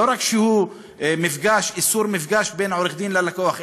לא רק איסור מפגש בין עורך-דין ללקוח,